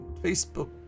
Facebook